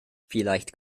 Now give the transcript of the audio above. vielleicht